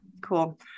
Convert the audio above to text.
cool